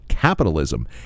capitalism